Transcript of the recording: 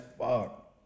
fuck